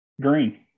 Green